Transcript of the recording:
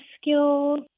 skills